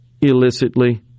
illicitly